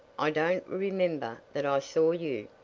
i don't remember that i saw you.